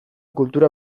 kultura